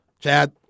Chad